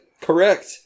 Correct